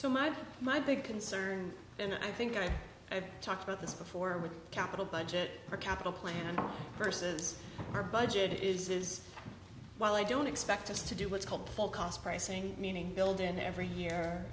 so my my big concern and i think i've talked about this before with capital budget per capital plan versus our budget is is well i don't expect us to do what's called full cost pricing meaning build in every year